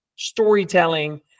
storytelling